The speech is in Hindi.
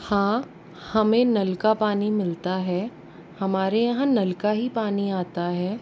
हाँ हमें नल का पानी मिलता है हमारे यहाँ नल का ही पानी आता है